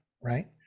right